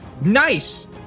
nice